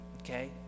okay